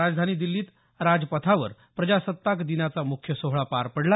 राजधानी दिल्लीत राजपथावर प्रजासत्ताक दिनाचा मुख्य सोहळा पार पडला